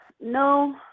No